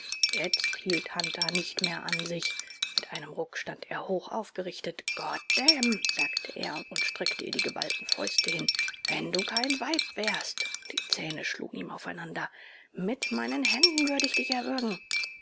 jetzt hielt hunter nicht mehr an sich mit einem ruck stand er hochaufgerichtet goddam sagte er und streckte ihr die geballten fäuste hin wenn du kein weib wärst die zähne schlugen ihm aufeinander mit meinen händen würde ich dich erwürgen